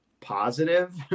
positive